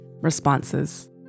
responses